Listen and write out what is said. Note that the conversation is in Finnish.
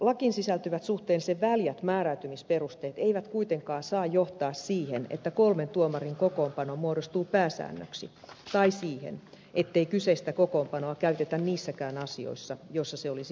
lakiin sisältyvät suhteellisen väljät määräytymisperusteet eivät kuitenkaan saa johtaa siihen että kolmen tuomarin kokoonpano muodostuu pääsäännöksi tai siihen ettei kyseistä kokoonpanoa käytetä niissäkään asioissa joissa se olisi perusteltua